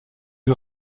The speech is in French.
lui